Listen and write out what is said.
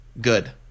Good